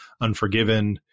Unforgiven